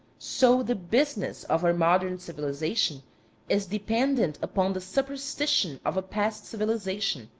so the business of our modern civilization is dependent upon the superstition of a past civilization,